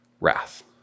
wrath